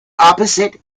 opposite